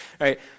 right